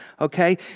okay